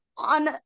on